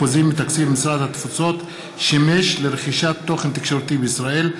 מתקציב משרד התפוצות שימש לרכישת תוכן תקשורתי בישראל.